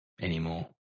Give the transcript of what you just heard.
anymore